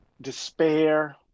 despair